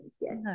yes